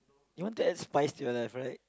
you want to add spice to your life right